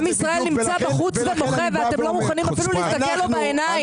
עם ישראל נמצא בחוץ ומוחה ואתם לא מוכנים אפילו להסתכל לו בעיניים.